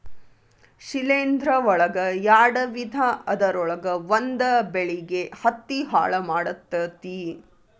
ಶಿಲೇಂಧ್ರ ಒಳಗ ಯಾಡ ವಿಧಾ ಅದರೊಳಗ ಒಂದ ಬೆಳಿಗೆ ಹತ್ತಿ ಹಾಳ ಮಾಡತತಿ